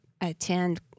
attend